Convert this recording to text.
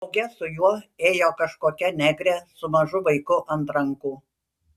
drauge su juo ėjo kažkokia negrė su mažu vaiku ant rankų